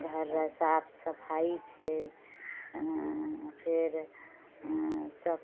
घर रऽ साफ सफाइ छै फेर सब